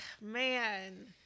Man